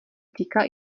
týká